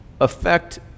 affect